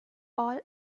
all